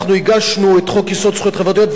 אנחנו הגשנו את חוק-יסוד: זכויות חברתיות,